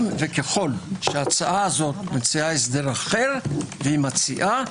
אם וככל שההצעה הזו מציעה הסדר אחר - והיא מציעה